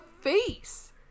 face